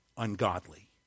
ungodly